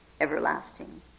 everlasting